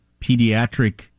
pediatric